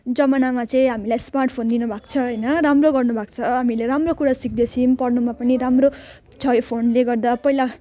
जमानामा चाहिँ हामीलाई चाहिँ स्मार्टफोन दिनुभएको छ होइन राम्रो गर्नुभएको छ हामीले राम्रो कुरा सिक्दैछौँ पढ्नुमा पनि राम्रो छ यो फोनले गर्दा पहिला